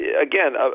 again